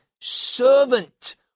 servant